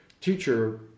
teacher